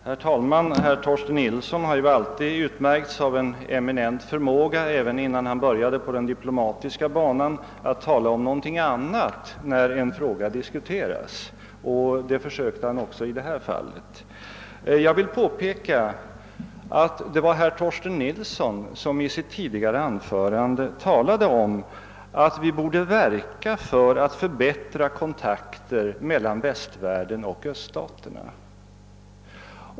Herr talman! Herr Torsten Nilsson har ju alltid utmärkts av en eminent förmåga — även innan han började på den diplomatiska banan — att tala om någonting annat när en fråga diskuteras. Det försökte han göra också i detta fall. Jag vill påpeka att det var herr Torsten Nilsson som i sitt tidigare anförande sade att vi borde verka för att förhättra kontakterna mellan västvärlden och öststaterna.